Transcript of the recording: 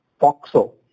FOXO